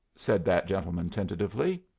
said that gentleman, tentatively.